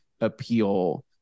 appeal